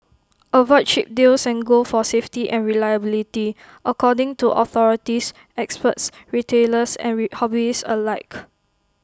avoid cheap deals and go for safety and reliability according to authorities experts retailers and hobbyists alike